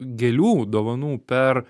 gėlių dovanų per